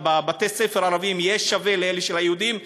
בבתי-הספר הערביים יהיה שווה לזה של היהודים,